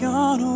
on